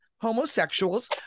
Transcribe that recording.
homosexuals